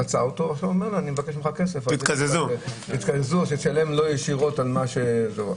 פצע אותו וביקש ממנו שישלם למי שפצע אותו וכך יתקזזו.